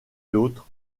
l’autre